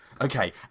Okay